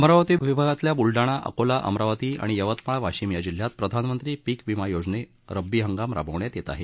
अमरावती विभागातील ब्लडाणा अकोला अमरावती आणि यवतमाळ वाशीम या जिल्ह्यात प्रधानमंत्री पिक विमा योजना रब्बी हंगाम राबवण्यात येत आहे